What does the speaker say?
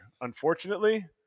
Unfortunately